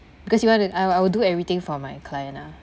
because you want to I I will do everything for my client lah